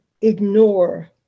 ignore